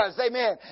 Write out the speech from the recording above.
Amen